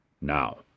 Now